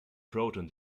proton